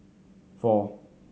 four